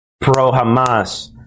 pro-Hamas